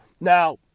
Now